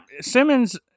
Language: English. Simmons